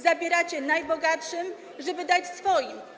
Zabieracie najbogatszym, żeby dać swoim.